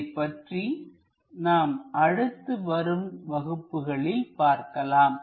இதைப் பற்றி நாம் அடுத்து வரும் வகுப்புகளில் பார்க்கலாம்